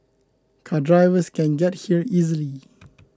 car drivers can get here easily